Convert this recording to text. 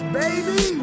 baby